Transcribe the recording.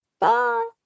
bye